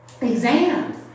exams